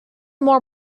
more